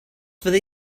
fyddi